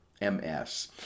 MS